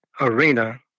arena